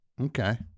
Okay